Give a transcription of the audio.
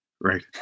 Right